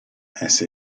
essa